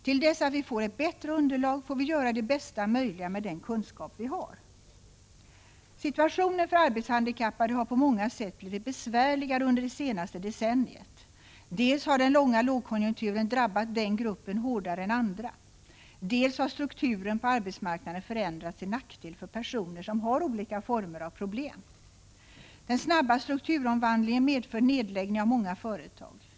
Till dess att vi får ett bättre underlag får 105 Prot. 1985/86:108 vi göra det bästa möjliga med den kunskap vi har. 3 april 1986 Situationen för arbetshandikappade har på många sätt blivit besvärligare AM mhorem skadans under det senaste decenniet. Dels har den långa lågkonjunkturen drabbat den gruppen hårdare än andra, dels har strukturen på arbetsmarknaden förändrats till nackdel för personer som har olika former av problem. Den snabba strukturomvandlingen medför nedläggning av många företag.